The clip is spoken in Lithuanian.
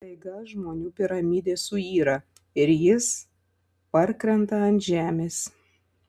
staiga žmonių piramidė suyra ir jis parkrenta ant žemės